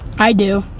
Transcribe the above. i do.